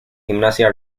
gimnasia